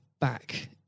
back